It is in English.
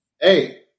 Hey